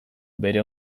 bere